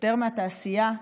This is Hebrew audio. יותר מהתעשייה,